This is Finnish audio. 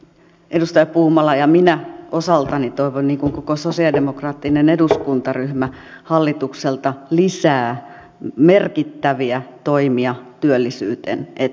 edustaja puumala ja minä osaltani toivomme niin kuin koko sosialidemokraattinen eduskuntaryhmä hallitukselta lisää merkittäviä toimia työllisyyden eteen